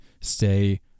stay